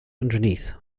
underneath